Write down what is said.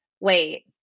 wait